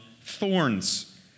thorns